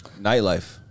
Nightlife